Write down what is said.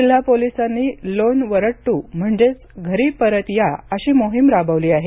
जिल्हा पोलिसांनी लोन वरड्ट म्हणजेच घरी परत या अशी मोहीम राबवली जात आहे